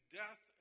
death